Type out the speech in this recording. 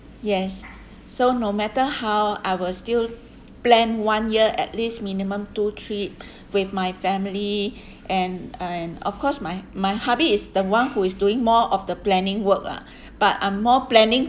yes so no matter how I will still plan one year at least minimum two trip with my family and and of course my my hubby is the one who is doing more of the planning work lah but I'm more planning